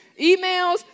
emails